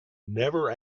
never